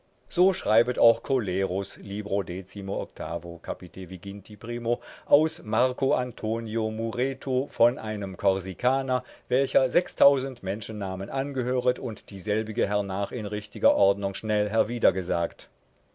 so schreibet auch coeli decius kapitän vi gin primo aus marco antonio mureto von einem korsikaner welcher sechstausend menschennamen angehöret und dieselbige hernach in richtiger ordnung schnell herwieder